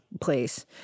place